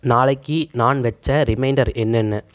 நாளைக்கு நான் வச்ச ரிமைன்டர் என்னென்ன